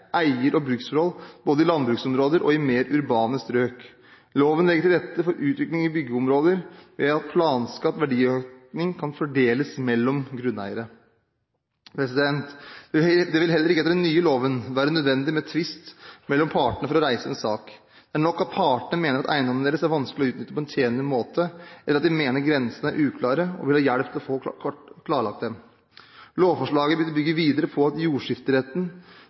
eier- og bruksforhold både i landbruksområder og i mer urbane strøk. Loven legger til rette for utvikling i byggeområder ved at planskapt verdiøkning kan fordeles mellom grunneiere. Det vil heller ikke etter den nye loven være nødvendig med tvist mellom partene for å reise en sak. Det er nok at partene mener at eiendommene deres er vanskelige å utnytte på en tjenlig måte, eller at de mener grensene er uklare og vil ha hjelp til å få klarlagt dem. Lovforslaget vil bygge videre på at jordskifteretten